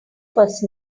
first